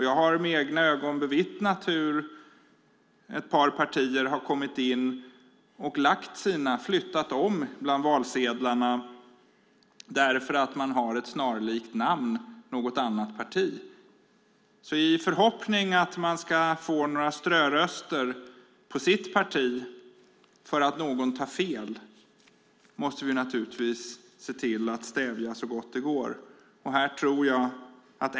Jag har med egna ögon bevittnat hur ett par partier har flyttat om bland valsedlarna därför att man har ett snarlikt namn som något annat parti. Detta har man gjort i förhoppning om att man ska få några ströröster på sitt parti för att någon tar fel. Det måste vi se till att stävja så gott det går.